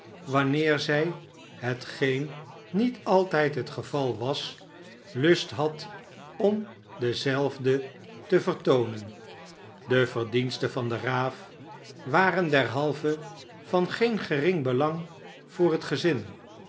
wanneer zij hetgeen niet altijd het geval was lust had om dezelfde te vertoonen deverdiensten van de raaf waren derhalve van geen gering belang voor het gezin